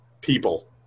people